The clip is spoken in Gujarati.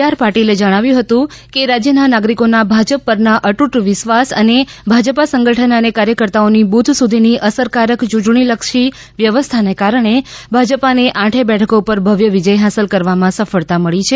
આર પાટીલે જણાવ્યું હતું કે રાજ્યના નાગરીકોના ભાજપા પરના અતૂટ વિશ્વાસ અને ભાજપા સંગઠન અને કાર્યકર્તાઓની બુથ સુધીની અસરકારક યૂંટણીલક્ષી વ્યવસ્થાના કારણે ભાજપાને આઠેય બેઠકો પર ભવ્ય વિજય હાંસલ કરવામાં સફળતા મળી છે